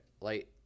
light